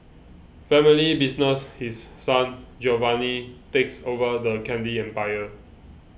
family business His Son Giovanni takes over the candy empire